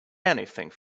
anything